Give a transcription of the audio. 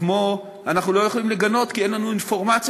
כמו "אנחנו לא יכולים לגנות כי אין לנו אינפורמציה,